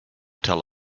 tell